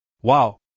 Wow